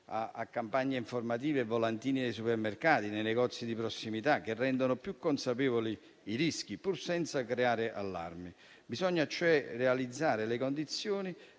a campagne informative e distribuzione di volantini nei supermercati e nei negozi di prossimità, che rendano più consapevoli dei rischi, pur senza creare allarme. Bisogna cioè realizzare le condizioni